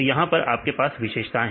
तो यहां पर आपके पास विशेषताएं